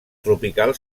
tropical